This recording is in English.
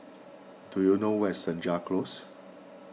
do you know where is Senja Close